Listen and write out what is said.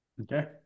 Okay